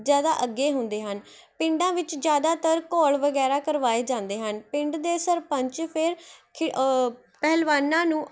ਜ਼ਿਆਦਾ ਅੱਗੇ ਹੁੰਦੇ ਹਨ ਪਿੰਡਾਂ ਵਿੱਚ ਜ਼ਿਆਦਾਤਰ ਘੋਲ ਵਗੈਰਾ ਕਰਵਾਏ ਜਾਂਦੇ ਹਨ ਪਿੰਡ ਦੇ ਸਰਪੰਚ ਫਿਰ ਖਿ ਪਹਿਲਵਾਨਾਂ ਨੂੰ